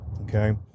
Okay